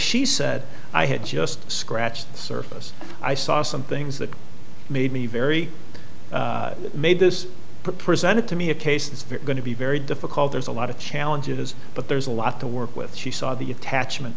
she said i had just scratched the surface i saw some things that made me very made this presented to me a case that's going to be very difficult there's a lot of challenges but there's a lot to work with she saw the attachment